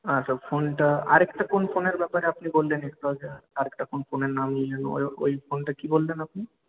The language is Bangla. আচ্ছা ফোনটা আরেকটা কোন ফোনের ব্যাপারে আপনি বললেন একটু আগে আরেকটা কোন ফোনের নাম নিলেন ও ওই ফোনটা কি বললেন আপনি